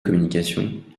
communication